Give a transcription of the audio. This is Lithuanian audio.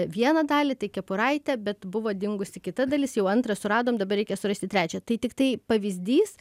vieną dalį tai kepuraitę bet buvo dingusi kita dalis jau antrą suradom dabar reikia surasti trečią tai tiktai pavyzdys